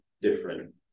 different